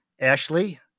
Ashley